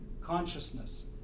consciousness